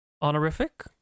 honorific